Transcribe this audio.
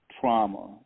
trauma